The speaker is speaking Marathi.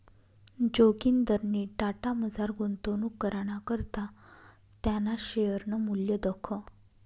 जोगिंदरनी टाटामझार गुंतवणूक कराना करता त्याना शेअरनं मूल्य दखं